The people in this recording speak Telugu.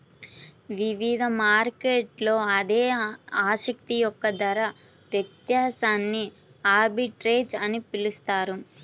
వివిధ మార్కెట్లలో అదే ఆస్తి యొక్క ధర వ్యత్యాసాన్ని ఆర్బిట్రేజ్ అని పిలుస్తారు